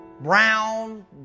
Brown